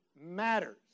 matters